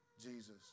Jesus